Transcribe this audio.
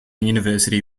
university